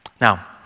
Now